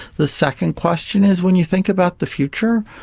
the second question is when you think about the future,